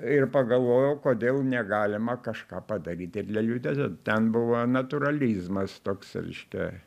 ir pagalvojau kodėl negalima kažką padaryt ir lėlių teatre ten buvo natūralizmas toks reiškia